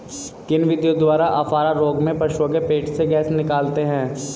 किन विधियों द्वारा अफारा रोग में पशुओं के पेट से गैस निकालते हैं?